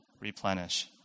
replenish